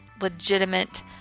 legitimate